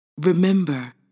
Remember